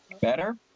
Better